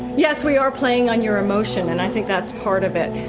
yes, we are playing on your emotion and i think that's part of it.